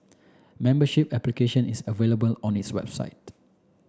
membership application is available on its website